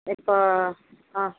இப்போ ஆ